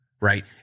right